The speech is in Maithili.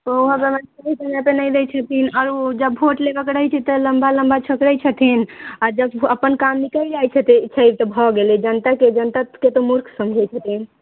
ओ अगर दरमाहा समयपर नहि दै छथिन आओर जब वोट लेबाके रहै छै तऽ लम्बा लम्बा छँटे छथिन आओर जब अपन काम निकलि जाइ छै तऽ भऽ गेलैए जनताके जनताके तऽ मूर्ख समझै छथिन